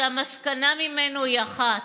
שהמסקנה ממנו היא אחת: